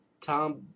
Tom